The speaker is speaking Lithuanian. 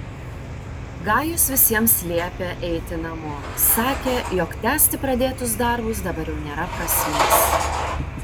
gajus visiems liepė eiti namo sakė jog tęsti pradėtus darbus dabar jau nėra prasmės